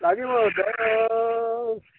লাগিব